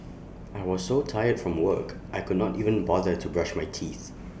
I was so tired from work I could not even bother to brush my teeth